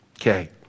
Okay